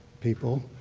people,